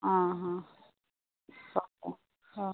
ᱦᱮᱸ ᱦᱮᱸ ᱦᱮᱸ